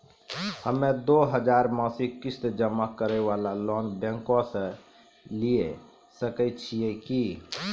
हम्मय दो हजार मासिक किस्त जमा करे वाला लोन बैंक से लिये सकय छियै की?